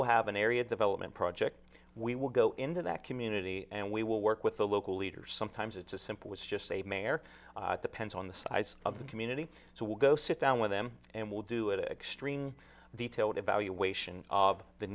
will have an area development project we will go into that community and we will work with the local leaders sometimes it's a simple it's just a mayor pence on the size of the community so we'll go sit down with them and we'll do it extremely detailed evaluation of the